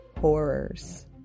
horrors